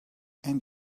and